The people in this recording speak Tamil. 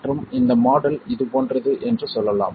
மற்றும் இந்த மாடல் இது போன்றது என்று சொல்லலாம்